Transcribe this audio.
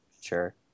sure